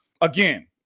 Again